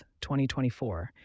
2024